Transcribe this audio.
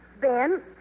Ben